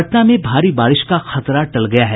पटना में भारी बारिश का खतरा टल गया है